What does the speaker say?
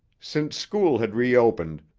since school had reopened,